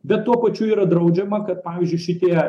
bet tuo pačiu yra draudžiama kad pavyzdžiui šitie